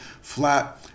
flat